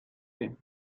you